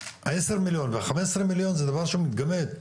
עשר מיליון וחמש עשרה מיליון זה דבר שמתגמד,